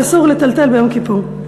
ואסור לטלטל ביום כיפור.